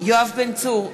יואב בן צור,